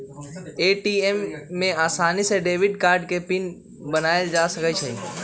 ATM में आसानी से डेबिट कार्ड के पिन बनायल जा सकई छई